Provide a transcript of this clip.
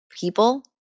people